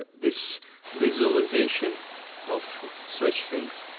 this visualization of such things,